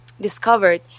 discovered